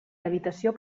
habitació